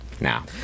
Now